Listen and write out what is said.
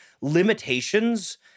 Limitations